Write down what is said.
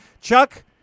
Chuck